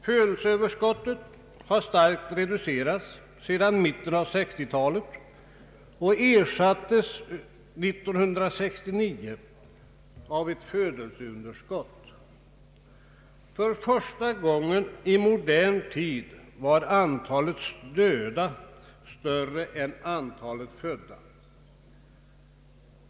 Födelseöverskottet har starkt reducerats sedan mitten av 1960 talet och ersattes 1969 av ett födelseunderskott. För första gången i modern tid var antalet döda större än antalet födda.